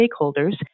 stakeholders